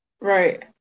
Right